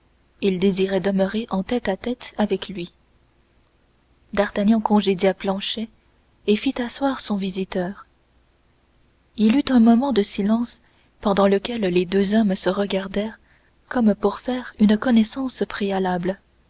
il désirait demeurer en tête-à-tête avec lui d'artagnan congédia planchet et fit asseoir son visiteur il y eut un moment de silence pendant lequel les deux hommes se regardèrent comme pour faire une connaissance préalable